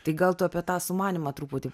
tai gal tu apie tą sumanymą truputį